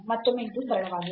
ಮತ್ತೊಮ್ಮೆ ಇದು ಸರಳವಾಗಿದೆ